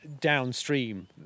downstream